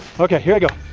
okay, here we go!